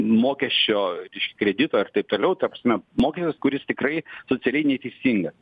mokesčio iš kredito ir taip toliau ta prasme mokestis kuris tikrai socialiai neteisingas